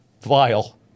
vile